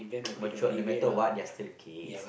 matured no matter what they are still kids